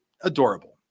adorable